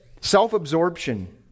Self-absorption